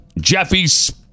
Jeffy's